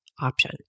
option